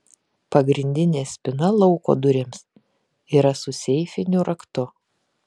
pagrindinė spyna lauko durims yra su seifiniu raktu